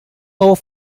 more